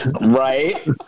Right